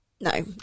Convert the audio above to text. no